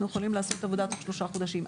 אנחנו יכולים לעשות את העבודה תוך שלושה חודשים.